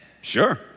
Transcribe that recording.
Sure